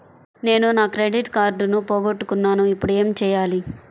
నేను నా క్రెడిట్ కార్డును పోగొట్టుకున్నాను ఇపుడు ఏం చేయాలి?